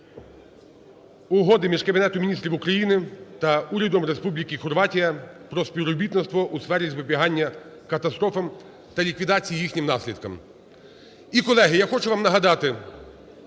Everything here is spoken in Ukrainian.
Угоди між Кабінетом Міністрів України та Урядом Республіки Хорватія про співробітництво у галузі запобігання катастрофам та ліквідації їх наслідків.